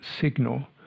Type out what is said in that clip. signal